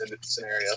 scenario